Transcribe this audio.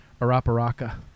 Araparaca